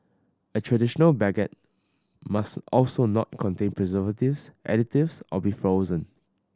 a traditional baguette must also not contain preservatives additives or be frozen